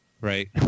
right